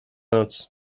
noc